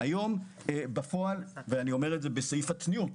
אני אומר בסעיף הצניעות,